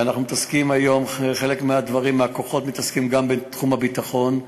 והיום חלק מהכוחות מתעסקים גם בתחום הביטחון,